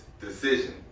decision